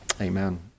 Amen